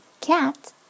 cat